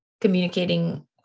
Communicating